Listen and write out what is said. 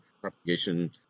propagation